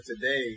today